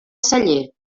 celler